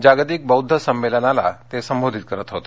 जागतिक बौद्ध संमेलनाला ते संबोधित करत होते